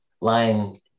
lying